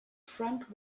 friend